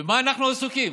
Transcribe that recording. במה אנחנו עסוקים?